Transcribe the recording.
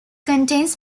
contains